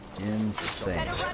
insane